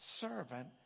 servant